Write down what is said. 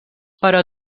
però